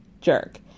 jerk